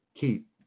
keep